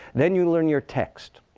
then, you learn your text.